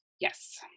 yes